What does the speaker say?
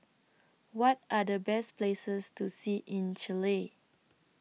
What Are The Best Places to See in Chile